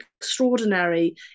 extraordinary